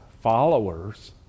followers